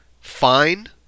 fine